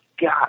God